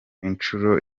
inshuro